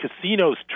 casinos